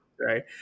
right